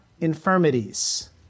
infirmities